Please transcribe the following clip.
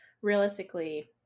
realistically